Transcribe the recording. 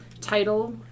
title